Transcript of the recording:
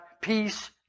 peace